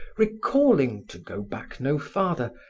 recalling, to go back no farther,